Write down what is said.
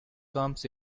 comes